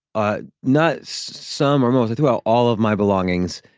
ah not some or most, i threw out all of my belongings,